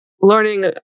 learning